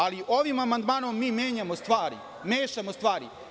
Ali, ovim amandmanom mi menjamo stvari, mešamo stvari.